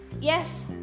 Yes